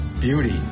beauty